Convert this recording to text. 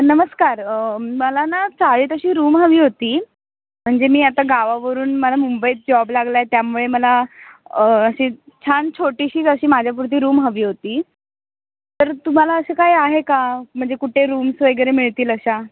नमस्कार मला ना चाळीत अशी रूम हवी होती म्हणजे मी आता गावावरून मला मुंबईत जॉब लागला आहे त्यामुळे मला अशी छान छोटीशीच अशी माझ्यापुरती रूम हवी होती तर तुम्हाला असं काय आहे का म्हणजे कुठे रूम्स वगैरे मिळतील अशा